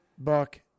buck